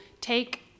take